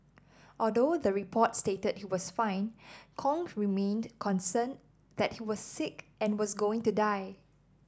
although the report stated he was fine Kong remained concerned that he was sick and was going to die